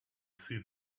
see